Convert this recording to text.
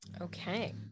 Okay